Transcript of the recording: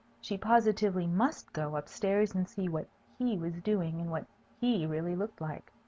she positively must go up-stairs and see what he was doing and what he really looked like.